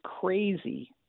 crazy